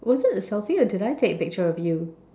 was it a selfie or did I take a picture of you